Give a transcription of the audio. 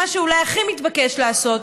מה שאולי הכי מתבקש לעשות,